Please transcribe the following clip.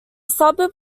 suburb